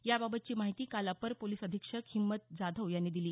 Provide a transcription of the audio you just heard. याबाबतची माहिती काल अप्पर पोलिस अधीक्षक हिंमत जाधव यांनी दिली